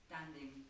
standing